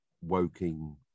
Woking